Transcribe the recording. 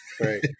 Right